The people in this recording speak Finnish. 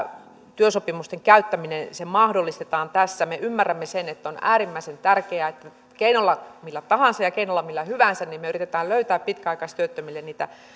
työsopimusten käyttäminen mahdollistetaan me ymmärrämme sen että on äärimmäisen tärkeää että keinolla millä tahansa ja keinolla millä hyvänsä me yritämme löytää pitkäaikaistyöttömille niitä